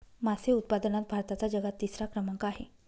मासे उत्पादनात भारताचा जगात तिसरा क्रमांक आहे